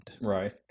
Right